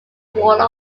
war